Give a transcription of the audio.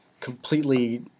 completely